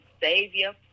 Savior